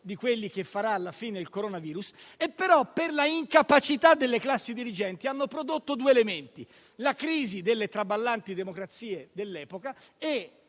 di quelli che farà alla fine il coronavirus, ma per la incapacità delle classi dirigenti si sono prodotti due elementi: la crisi delle traballanti democrazie dell'epoca